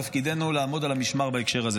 תפקידנו לעמוד על המשמר בהקשר הזה.